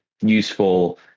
useful